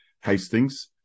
Hastings